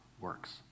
works